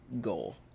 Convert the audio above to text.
goal